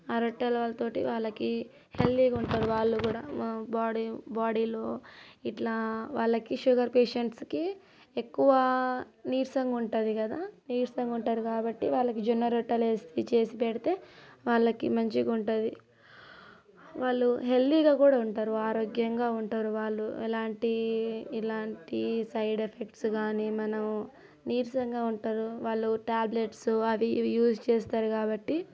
ఆ రొట్టెల వాళ్ళతోటి వాళ్ళకి హెల్తీగా ఉంటుంది వాళ్లు కూడా బాడీ బాడీలో ఇట్లా వాళ్ళకి షుగర్ పేషెంట్స్కి ఎక్కువ నీరసంగా ఉంటుంది కదా నీరసంగా ఉంటారు కాబట్టి వాళ్ళకి జొన్న రొట్టెలు వేసి చేసి పెడితే వాళ్ళకి మంచిగా ఉంటుంది వాళ్ళు హెల్తీగా కూడా ఉంటారు ఆరోగ్యంగా ఉంటారు వాళ్ళు ఎలాంటి ఎలాంటి సైడ్ ఎఫెక్ట్స్ కాని మనము నీరసంగా ఉంటారు వాళ్ళు ట్యాబ్లెట్స్ అవి ఇవి యూస్ చేస్తారు కాబట్టి